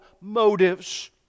motives